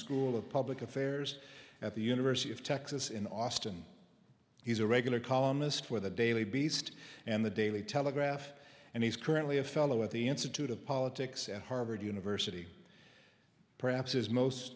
school of public affairs at the university of texas in austin he's a regular columnist for the daily beast and the daily telegraph and he's currently a fellow at the institute of politics at harvard university perhaps his most